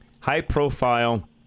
high-profile